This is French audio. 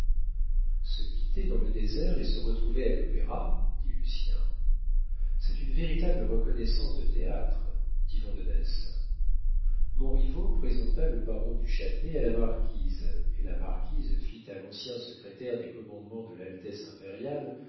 se quitter dans le désert et se retrouver à l'opéra dit lucien c'est une véritable reconnaissance de théâtre dit vandenesse montriveau présenta le baron du châtelet à la marquise et la marquise fit à l'ancien secrétaire des commandements de l'altesse impériale